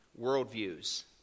worldviews